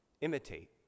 imitate